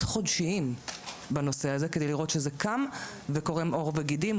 חודשיים בנושא הזה כדי לראות שזה קם וקורם עור וגידים.